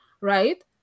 right